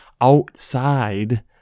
outside